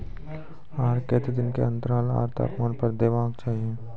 आर केते दिन के अन्तराल आर तापमान पर देबाक चाही?